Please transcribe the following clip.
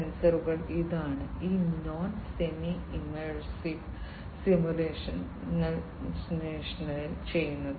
സെൻസറുകൾ ഇതാണ് ഈ നോൺ സെമി ഇമേഴ്സീവ് സിമുലേഷനിൽ ചെയ്യുന്നത്